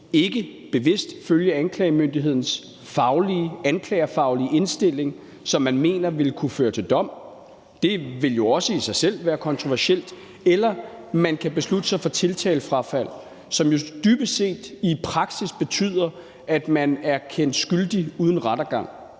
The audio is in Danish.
ikke bevidst følge anklagemyndighedens faglige, anklagerfaglige, indstilling, som man mener ville kunne føre til dom. Det ville jo også i sig selv være kontroversielt. Eller man kan beslutte sig for tiltalefrafald, som jo dybest set i praksis betyder, at man er kendt skyldig uden rettergang.